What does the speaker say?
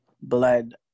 blood